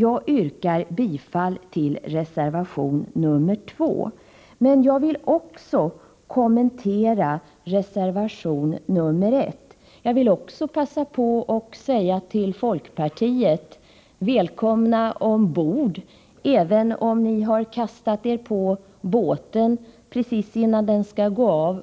Jag yrkar bifall till reservation nr 2, men jag vill också kommentera reservation nr 1. Vidare vill jag passa på att säga till folkpartiet: Välkomna ombord, även om ni har kastat er på båten precis innan den skall